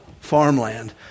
farmland